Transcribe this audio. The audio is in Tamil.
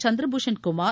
சந்திரபூஷன் குமார்